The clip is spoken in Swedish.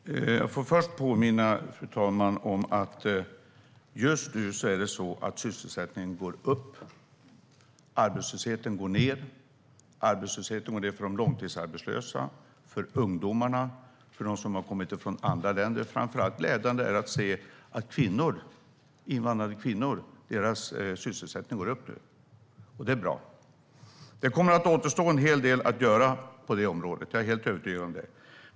Fru talman! Jag får först påminna om att det just nu är så att sysselsättningen går upp och arbetslösheten ned. Arbetslösheten går ned för de långtidsarbetslösa, för ungdomarna och för dem som har kommit från andra länder. Framför allt, och det är glädjande att se, går sysselsättningen upp för invandrade kvinnor. Det är bra. Det kommer att återstå en hel del att göra på det området. Jag är helt övertygad om det.